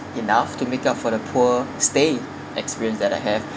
enough to make up for the poor stay experience that I have